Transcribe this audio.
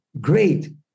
great